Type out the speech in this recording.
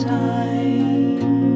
time